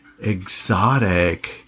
exotic